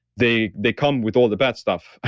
they they come with all the bad stuff.